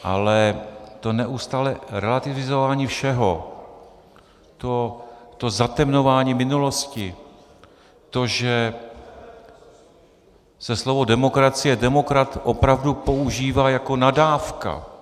Ale to neustálé relativizování všeho, to zatemňování minulosti, to, že se slovo demokracie, demokrat opravdu používá jako nadávka...